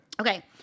Okay